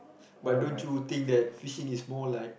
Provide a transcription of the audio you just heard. but don't you think that fishing is more like